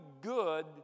good